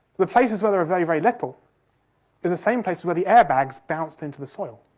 the places where there were very, very little is the same places where the airbags bounced into the soil.